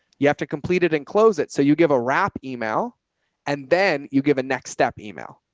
you have to complete it and close it. so you give a wrap email and then you give a next step email.